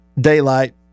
daylight